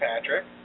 Patrick